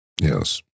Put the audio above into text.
Yes